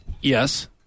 Yes